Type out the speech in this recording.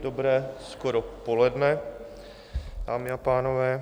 Dobré skoro poledne, dámy a pánové.